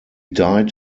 died